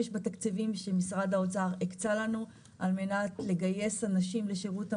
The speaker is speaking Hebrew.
בתקציבים שמשרד האוצר הקצה לנו על מנת לגייס אנשים לשירות המזון,